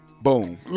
Boom